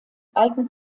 eignet